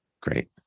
Great